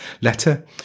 letter